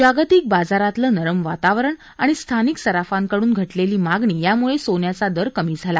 जागतिक बाजारातलं नरम वातावरण आणि स्थानिक सराफांकड्न घटलेली मागणी यामुळे सोन्याचा दर कमी झाला